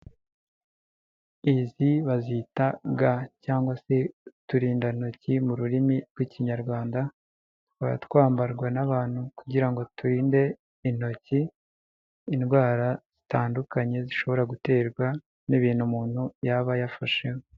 Izi bazita ga cyangwa se uturindantoki mu rurimi rw'ikinyarwanda, tukaba twambarwa n'abantu kugira ngo turinde intoki indwara zitandukanye zishobora guterwa n'ibintu umuntu yaba yafasheho.